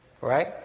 Right